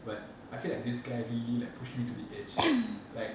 but I feel like this guy really like pushed me to the edge like